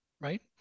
Right